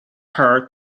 her